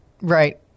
Right